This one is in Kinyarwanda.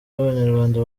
babanyarwanda